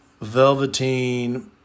velveteen